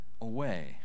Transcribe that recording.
Away